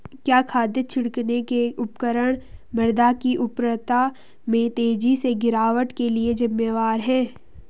क्या खाद छिड़कने के उपकरण मृदा की उर्वरता में तेजी से गिरावट के लिए जिम्मेवार हैं?